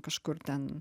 kažkur ten